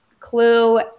Clue